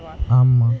ஆமா:aamaa